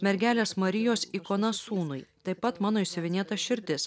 mergelės marijos ikona sūnui taip pat mano išsiuvinėta širdis